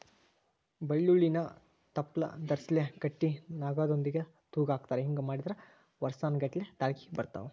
ಬಳ್ಳೋಳ್ಳಿನ ತಪ್ಲದರ್ಸಿಲೆ ಕಟ್ಟಿ ನಾಗೊಂದಿಗೆ ತೂಗಹಾಕತಾರ ಹಿಂಗ ಮಾಡಿದ್ರ ವರ್ಸಾನಗಟ್ಲೆ ತಾಳ್ಕಿ ಬರ್ತಾವ